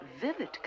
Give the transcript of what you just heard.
vivid